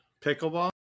Pickleball